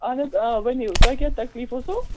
اَہَن حظ آ ؤنِو تۄہہِ کیٛاہ تکلیٖف اوسو